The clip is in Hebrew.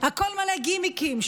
הכול מלא גימיקים.